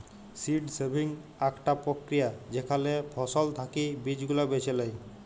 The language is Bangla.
সীড সেভিং আকটা প্রক্রিয়া যেখালে ফসল থাকি বীজ গুলা বেছে লেয়